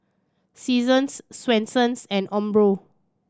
Seasons Swensens and Umbro